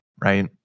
right